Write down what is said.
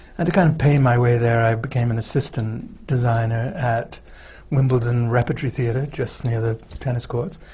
and to kind of pay my way there, i became an assistant designer at wimbledon repertory theatre just near the tennis courts,